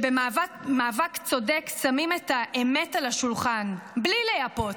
שבמאבק צודק שמים את האמת על השולחן בלי לייפות,